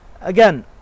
Again